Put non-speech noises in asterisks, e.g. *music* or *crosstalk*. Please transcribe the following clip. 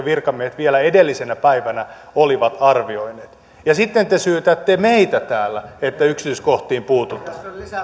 *unintelligible* virkamiehet vielä edellisenä päivänä olivat arvioineet ja sitten te syytätte meitä täällä että yksityiskohtiin puututaan